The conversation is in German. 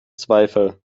zweifel